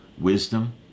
Wisdom